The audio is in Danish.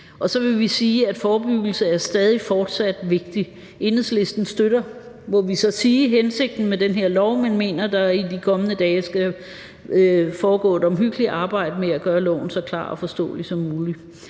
Så vil vi sige, at forebyggelse fortsat er vigtigt. Enhedslisten støtter, må vi så sige, hensigten med den her lovforslag, men mener, at der i de kommende dage skal foregå et omhyggeligt arbejde med at gøre lovforslaget så klart og forståeligt som muligt.